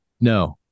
No